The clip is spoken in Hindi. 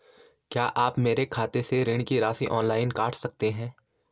क्या आप सीधे मेरे खाते से ऋण की राशि ऑनलाइन काट सकते हैं?